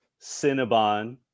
Cinnabon